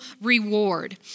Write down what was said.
reward